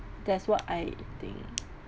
that's what I think